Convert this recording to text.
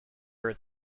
were